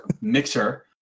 Mixer